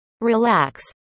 Relax